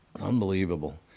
Unbelievable